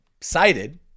cited